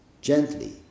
gently